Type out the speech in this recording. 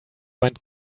went